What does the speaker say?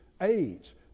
AIDS